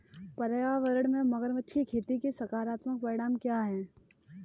पर्यावरण में मगरमच्छ की खेती के सकारात्मक परिणाम क्या हैं?